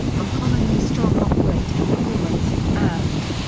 uncommonly strong operating performance, and.